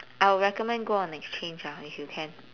I would recommend go on an exchange ah if you can